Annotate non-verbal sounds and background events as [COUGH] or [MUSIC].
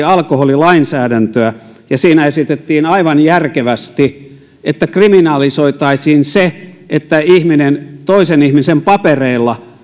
[UNINTELLIGIBLE] alkoholilainsäädäntöä siinä esitettiin aivan järkevästi että kriminalisoitaisiin se kun ihminen toisen ihmisen papereilla